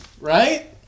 Right